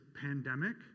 pandemic